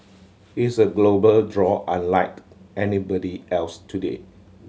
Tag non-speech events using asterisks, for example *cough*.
he's a global draw unlike *unintelligible* anybody else today